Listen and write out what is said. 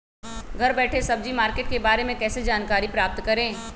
घर बैठे सब्जी मार्केट के बारे में कैसे जानकारी प्राप्त करें?